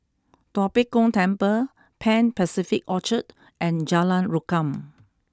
Tua Pek Kong Temple Pan Pacific Orchard and Jalan Rukam